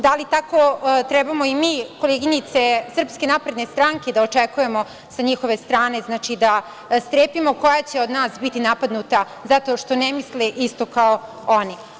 Da li tako trebamo i mi, koleginice SNS da očekujemo sa njihove strane, da strepimo koja će od nas biti napadnuta zato što ne mislimo isto kao oni.